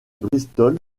bristol